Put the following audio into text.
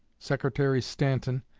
secretary stanton,